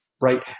right